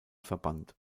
verband